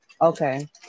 Okay